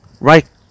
right